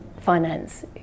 finance